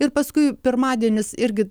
ir paskui pirmadienis irgi